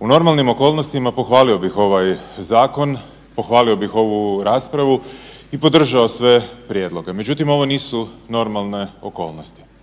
U normalnim okolnostima pohvalio bih ovaj zakon pohvalio bih ovu raspravu i podržao sve prijedloge. Međutim, ovo nisu normalne okolnosti.